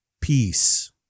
peace